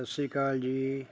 ਸਤਿ ਸ਼੍ਰੀ ਅਕਾਲ ਜੀ